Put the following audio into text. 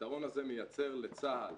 הפתרון הזה מייצר לצה"ל,